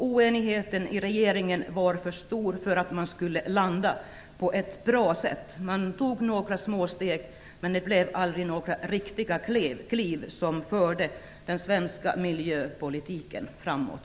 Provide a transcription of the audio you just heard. Oenigheten i regeringen var för stor för att man skulle landa på ett bra sätt. Man tog några små steg, men det blev aldrig några riktiga kliv som förde den svenska miljöpolitiken framåt.